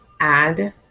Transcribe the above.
add